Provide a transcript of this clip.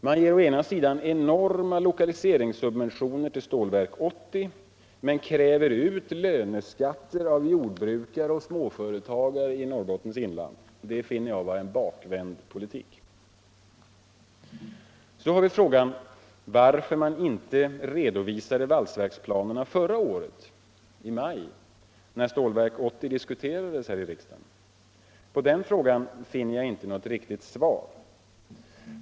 Man ger enorma lokaliseringssubventioner till Stålverk 80 men kräver ut löneskatter av jordbrukare och småföretagare i Norrbottens inland. Det finner jag vara en bakvänd politik. Varför redovisade man inte valsverksplanerna i maj förra året när Stålverk 80 diskuterades? På den frågan finner jag inte något riktigt svar.